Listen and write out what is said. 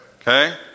Okay